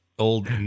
old